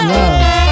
Love